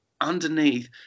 underneath